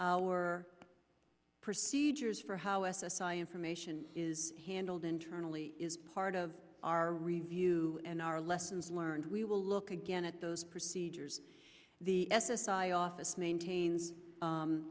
our procedures for how s s i information is handled internally is part of our review and our lessons learned we will look again at those procedures the s s i office maintains